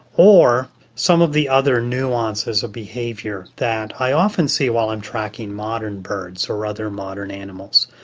or some of the other nuances or behaviour that i often see while i'm tracking modern birds or other modern animals.